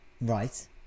right